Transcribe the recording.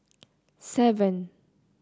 seven